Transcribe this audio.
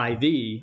IV